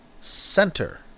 Center